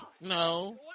no